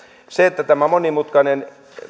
tämä monimutkainen